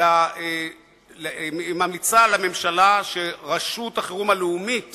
היא ממליצה לממשלה שרשות החירום הלאומית